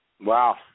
Wow